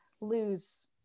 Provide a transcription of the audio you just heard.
lose